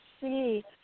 see